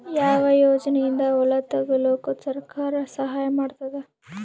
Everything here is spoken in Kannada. ಯಾವ ಯೋಜನೆಯಿಂದ ಹೊಲ ತೊಗೊಲುಕ ಸರ್ಕಾರ ಸಹಾಯ ಮಾಡತಾದ?